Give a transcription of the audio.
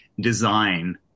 design